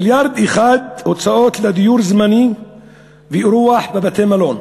מיליארד אחד הוצאות לדיור זמני ואירוח בבתי-מלון.